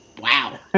Wow